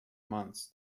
months